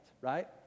right